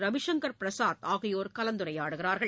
ரவிசங்கர் பிரசாத் ஆகியோர் கலந்துரையாடுகிறார்கள்